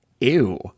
ew